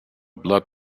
blood